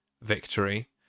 victory